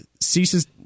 ceases